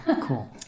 Cool